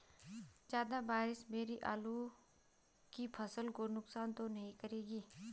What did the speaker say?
ज़्यादा बारिश मेरी आलू की फसल को नुकसान तो नहीं करेगी?